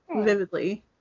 vividly